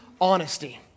honesty